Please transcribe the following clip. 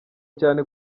cyane